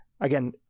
again